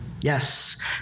Yes